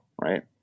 right